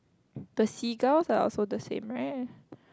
the seagulls are also the same right